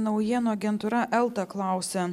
naujienų agentūra elta klausia